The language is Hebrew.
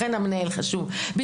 לכן המנהל חשוב,